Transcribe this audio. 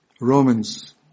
Romans